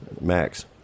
Max